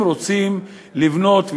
ורוצים לבנות,